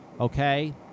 Okay